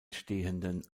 stehenden